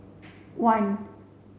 one